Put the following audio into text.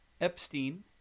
Epstein